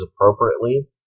appropriately